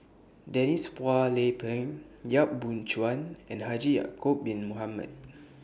Denise Phua Lay Peng Yap Boon Chuan and Haji Ya'Acob Bin Mohamed